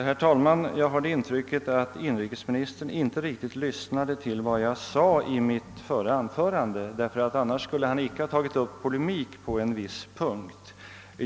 Herr talman! Jag har det intrycket att inrikesministern inte riktigt lyssnade till vad jag sade i mitt förra anförande. I annat fall skulle han inte tagit upp någon polemik på en viss punkt.